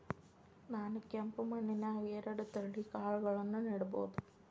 ನಾನ್ ಕೆಂಪ್ ಮಣ್ಣನ್ಯಾಗ್ ಎರಡ್ ತಳಿ ಕಾಳ್ಗಳನ್ನು ನೆಡಬೋದ?